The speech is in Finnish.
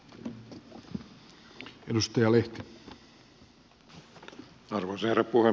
arvoisa herra puhemies